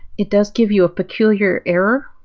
it does give you a peculiar error,